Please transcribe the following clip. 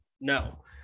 no